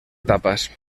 etapas